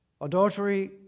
Adultery